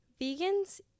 Vegans